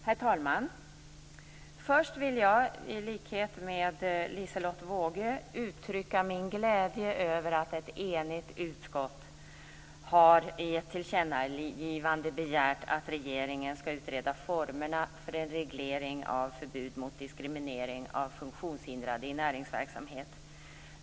Herr talman! Först vill jag i likhet med Liselotte Wågö uttrycka min glädje över att ett enigt utskott i ett tillkännagivande begärt att regeringen skall utreda formerna för en reglering av ett förbud mot diskriminering av funktionshindrade i näringsverksamhet.